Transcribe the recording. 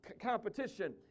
competition